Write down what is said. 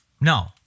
No